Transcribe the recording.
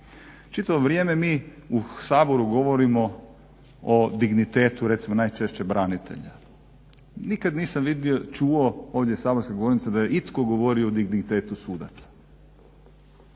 Čitavo vrijeme mi u Saboru govorimo o dignitetu recimo najčešće branitelja. Nikad nisam ovdje čuo ovdje sa saborske govornice da je itko govorio o dignitetu sudaca.